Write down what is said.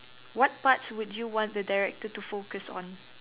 what parts would you want the director to focus on